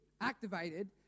activated